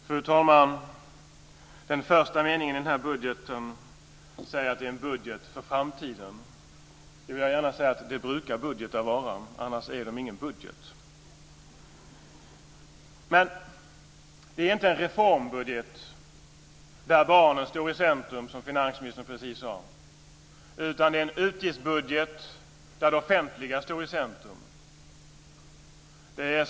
Fru talman! Den första meningen i budgeten säger att detta är en budget för framtiden. Jag vill gärna säga att det brukar budgetar vara - annars är de inga budgetar. Men, det här är inte en reformbudget där barnen står i centrum, som finansministern just sade, utan det här är en utgiftsbudget där det offentliga står i centrum.